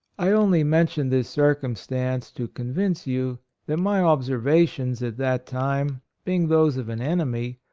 i only men tion this circumstance to convince you that my observations at that time being those of an enemy,